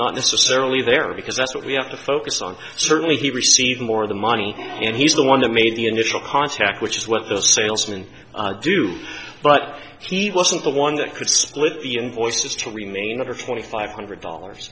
not necessarily there because that's what we have to focus on certainly he received more of the money and he's the one that made the initial contact which is what the salesman do but he wasn't the one that could split the invoices to remain under twenty five hundred dollars